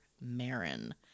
Marin